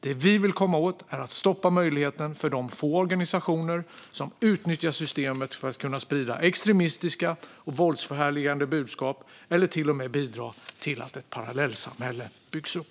Det vi vill komma åt är att stoppa möjligheten för de få organisationer som utnyttjar systemet för att kunna sprida extremistiska och våldsförhärligande budskap eller till och med bidra till att ett parallellsamhälle byggs upp.